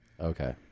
Okay